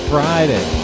Friday